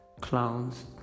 clowns